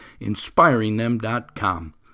inspiringthem.com